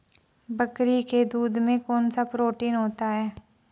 बकरी के दूध में कौनसा प्रोटीन होता है?